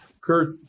Kurt